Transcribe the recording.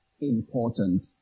important